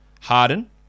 Harden